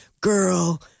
girl